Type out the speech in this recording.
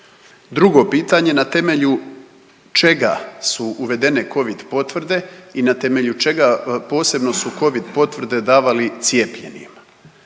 Drugo pitanje na temelju čega su uvedene Covid potvrde i na temelju čega posebno su Covid potvrde davali cijepljenima